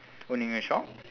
owning a shop